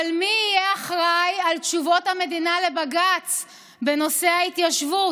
אבל מי יהיה אחראי לתשובות המדינה לבג"ץ בנושא ההתיישבות?